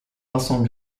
vincent